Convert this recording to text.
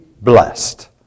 blessed